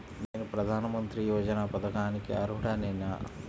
నేను ప్రధాని మంత్రి యోజన పథకానికి అర్హుడ నేన?